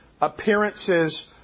appearances